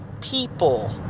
people